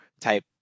type